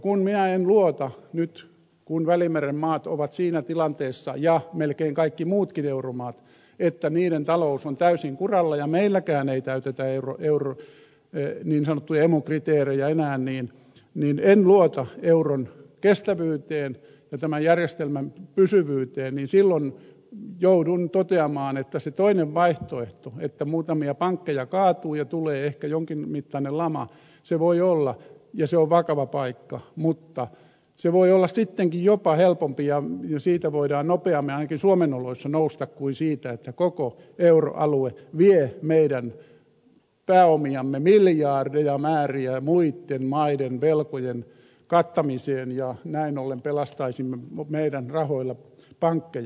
kun minä nyt kun välimeren maat ovat siinä tilanteessa ja melkein kaikki muutkin euromaat että niiden talous on täysin kuralla ja meilläkään ei täytetä niin sanottuja emu kriteerejä enää en luota euron kestävyyteen ja tämän järjestelmän pysyvyyteen niin silloin joudun toteamaan että se toinen vaihtoehto että muutamia pankkeja kaatuu ja tulee ehkä jonkinmittainen lama voi olla ja on vakava paikka mutta se voi olla sittenkin jopa helpompi ja siitä voidaan nopeammin ainakin suomen oloissa nousta kuin siitä että koko euroalue vie meidän pääomiamme miljardeja määriä muiden maiden velkojen kattamiseen ja näin ollen pelastaisimme meidän rahoilla pankkeja